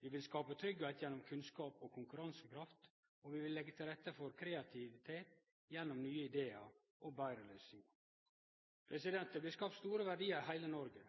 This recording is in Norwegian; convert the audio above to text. Vi vil skape tryggleik gjennom kunnskap og konkurransekraft, og vi vil leggje til rette for kreativitet gjennom nye idear og betre løysingar. Det blir skapt store verdiar i heile Noreg.